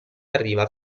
arriva